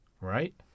right